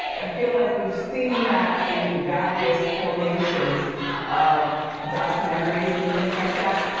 i feel like we've seen that in various formations of documentaries and things like that.